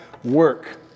Work